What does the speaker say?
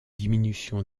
diminution